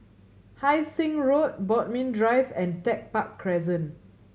Hai Sing Road Bodmin Drive and Tech Park Crescent